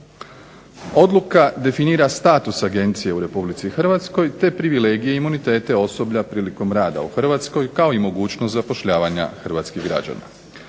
Odluka definira status Agencije u RH te privilegije i imunitete osoblja prilikom rada u Hrvatskoj kao i mogućnost zapošljavanje hrvatskih građana.